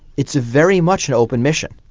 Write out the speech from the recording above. it's very much an open mission,